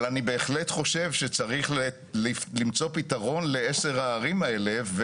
אבל אני בהחלט חושב שצריך למצוא פתרון לעשר הערים האלה.